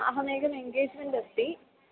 अहमेकम् engagement अस्ति